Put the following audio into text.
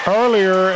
earlier